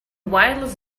wireless